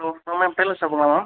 hello madam tailor ஷாப்புங்களா ma'am